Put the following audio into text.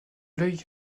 l’œil